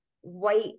white